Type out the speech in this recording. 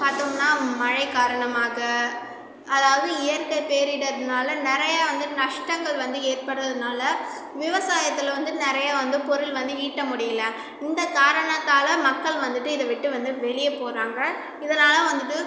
பார்த்தோம்னா மழை காரணமாக அதாவது இயற்கை பேரிடர்னால நிறையா வந்து நஷ்டங்கள் வந்து ஏற்படுறதுனால விவசாயத்தில் வந்து நிறையா வந்து பொருள் வந்து ஈட்ட முடியல இந்த காரணத்தால் மக்கள் வந்துவிட்டு இதைவிட்டு வந்து வெளிய போகறாங்க இதனால் வந்துவிட்டு